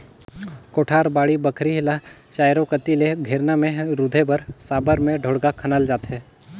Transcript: कोठार, बाड़ी बखरी ल चाएरो कती ले घोरना मे रूधे बर साबर मे ढोड़गा खनल जाथे